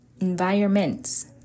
environments